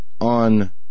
on